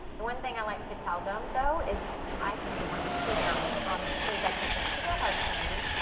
the one thing i like to tell them, though, is i tend to want to chew down on them as soon as i put them, because they're hard candy.